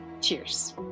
Cheers